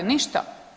Ništa.